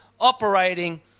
operating